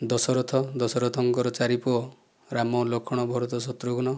ଦଶରଥ ଦଶରଥଙ୍କ ଚାରି ପୁଅ ରାମ ଲକ୍ଷ୍ମଣ ଭରତ ଶତ୍ରୁଘ୍ନ